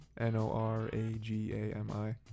n-o-r-a-g-a-m-i